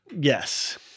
Yes